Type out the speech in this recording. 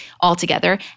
altogether